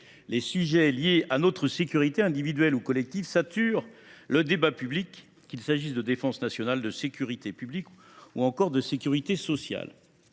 les sujets liés à notre sécurité individuelle ou collective saturent le débat public, qu’il s’agisse de la défense nationale, de la sécurité publique ou encore de la sécurité sociale.